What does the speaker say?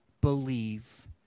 believe